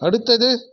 அடுத்தது